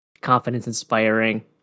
confidence-inspiring